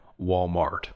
Walmart